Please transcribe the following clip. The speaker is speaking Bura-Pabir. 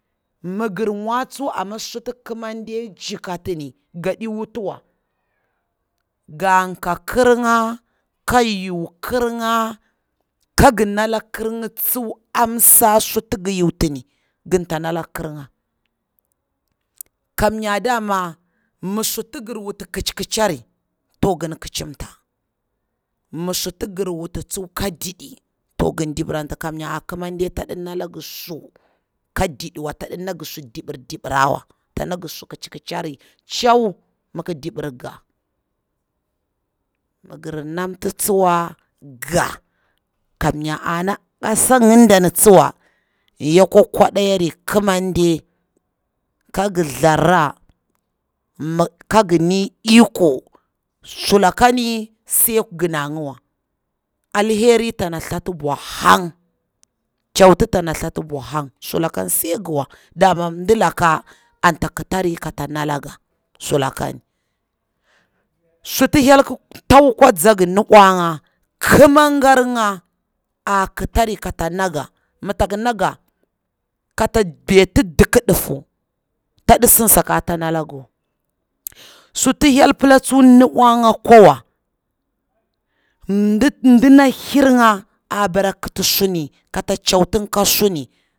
Ma ga mwa tsuwa sutu ƙamanɗe jikatani ga ɗi wuta wa, ga ƙakar nga ga nala karnga amsa sutu ga ta nala kar nga, kam yar dama ma sutu nga wuta ƙachi ƙachiri tu san ƙa chanta ma sutu ga wuta ka diɗe to gan diɓaranta, kamyar tadi naga su ka ɗiɗewa tadi naga suna diɓardi ɓarawa, ƙachi ƙachiri, chaw, ma gan diɓeranta ga ma gar namta tsuwa ga, kamyar ana ƙasa nga da tsuwa ya kwa kwa ɗiya ri, ka ga tharra, ka ga ni iko sinakani sai gana nghwa alheri tana tha ta bwa han, ƙyata tana thatu bwa han, sulakani sai gawa ndalaka anta ƙata ri kata nala ga, sulakani, sutu hyel ƙa tau kwa ngaga ndi pwa nga kamargaranga aka tari kata na ga, mataƙa na ga ka ta betu dak ɗufu ta ɗi san sakata ta na ga wa, sutu hyel pala tsu wa nbwa nga kwa wa ndana hir a a bara kata suni ka ta chau ta nga ka suni